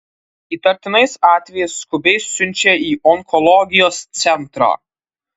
įtartinais atvejais skubiai siunčia į onkologijos centrą